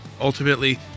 ultimately